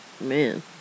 Man